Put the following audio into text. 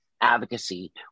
advocacy